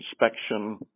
inspection